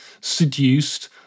seduced